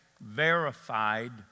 verified